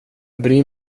bryr